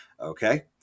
Okay